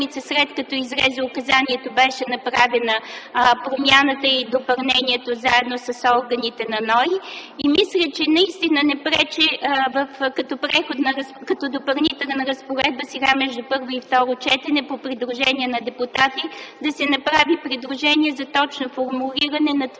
след като излезе указанието беше направена промяната и допълнението заедно с органите на НОИ. Мисля, че това не пречи като допълнителна разпоредба – сега между първо и второ четене, по предложение на депутати да се направи точно формулиране на това